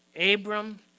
Abram